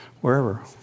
wherever